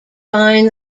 find